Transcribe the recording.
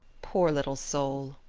poor little soul,